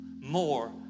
more